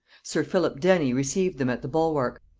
sir philip denny received them at the bulwark,